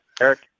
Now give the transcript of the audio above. Eric